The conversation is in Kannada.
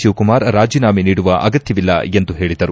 ಶಿವಕುಮಾರ್ ರಾಜೀನಾಮೆ ನೀಡುವ ಅಗತ್ವವಿಲ್ಲ ಎಂದು ಹೇಳಿದರು